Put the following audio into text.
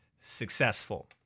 successful